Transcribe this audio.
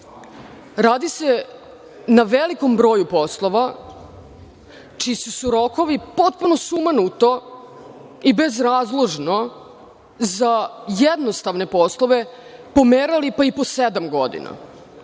radi se na velikom broju poslova čiji su se rokovi potpuno sumanuto i bezrazložno za jednostavne poslove pomerali pa i po sedam godina,